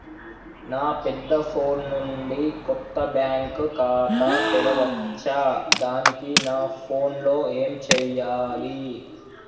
నా పెద్ద ఫోన్ నుండి కొత్త బ్యాంక్ ఖాతా తెరవచ్చా? దానికి నా ఫోన్ లో ఏం చేయాలి?